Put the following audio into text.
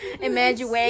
Imagine